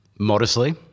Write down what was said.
Modestly